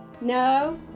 No